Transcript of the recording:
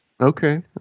Okay